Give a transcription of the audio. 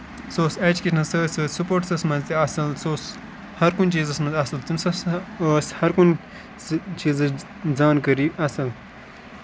سُہ اوس ایجوٗکیشنَس سۭتۍ سۭتۍ سُپوٹسس منٛز تہِ اصل سُہ اوس ہر کُنہِ چیٖزَس منٛز اَصٕل تٔمِس سۄ ٲسۍ ہر کُنہِ چیٖزٕچ زانکٲری آسان